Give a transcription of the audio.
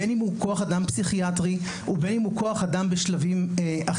בין אם הוא כוח אדם פסיכיאטרי ובין אם הוא כוח אדם בשלבים אחרים.